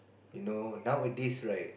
you know nowadays right